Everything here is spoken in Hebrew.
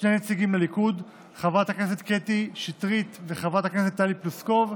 שני נציגים לליכוד: חברת הכנסת קטי שטרית וחברת הכנסת טלי פלוסקוב,